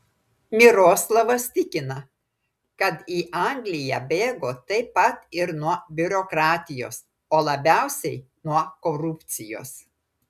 miroslavas tikina kad į angliją bėgo taip pat ir nuo biurokratijos o labiausiai nuo korupcijos